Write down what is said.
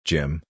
Jim